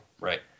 Right